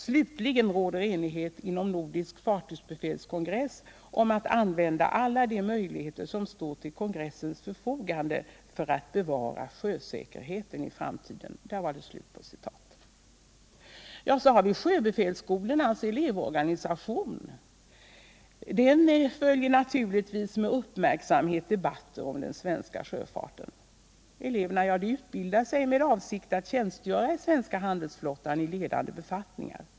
Slutligen råder enighet inom Nordiska Fartygsbefäls Kongress om att använda alla de möjligheter som står till kongressens förfogande för att bevara sjösäkerheten i framtiden.” Sjöbefälsskolornas elevorganisation följer naturligtvis med uppmärksamhet debatter om den svenska sjöfarten. Eleverna utbildar sig med avsikt att tjänstgöra i svenska handelsfartyg i ledande befattningar.